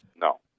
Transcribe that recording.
No